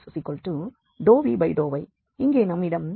இங்கே நம்மிடம் ∂u∂y ∂v∂x உள்ளது